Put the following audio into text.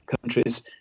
countries